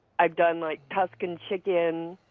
i've done like tuscan chicken,